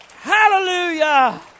Hallelujah